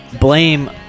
blame